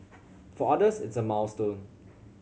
for others it's a milestone